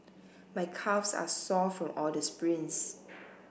my calves are sore from all the sprints